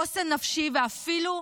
חוסן נפשי, ואפילו,